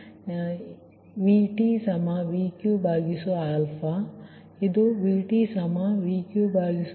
ಅಂದರೆ ಇದು ನಿಮ್ಮ 75 ಆಗಿದೆ VtVq ಸರಿ